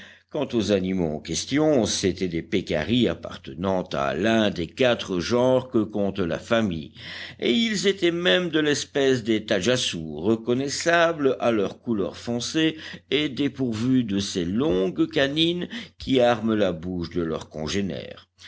quant aux animaux en question c'étaient des pécaris appartenant à l'un des quatre genres que compte la famille et ils étaient même de l'espèce des tajassous reconnaissables à leur couleur foncée et dépourvus de ces longues canines qui arment la bouche de leurs congénères